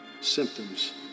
symptoms